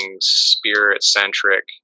spirit-centric